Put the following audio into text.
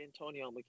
Antonio